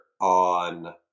on